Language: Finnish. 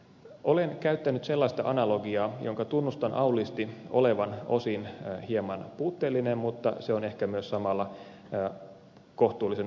olen käyttänyt sellaista analogiaa jonka tunnustan auliisti olevan osin hieman puutteellinen mutta se on ehkä myös samalla kohtuullisen havainnollinen